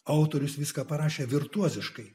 autorius viską parašė virtuoziškai